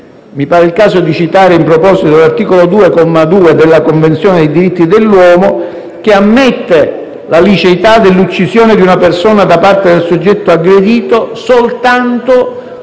Mi pare il caso di citare in proposito l'articolo 2, comma 2, della Convenzione dei diritti dell'uomo che ammette la liceità dell'uccisione di una persona da parte del soggetto aggredito soltanto